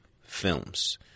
films